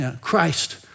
Christ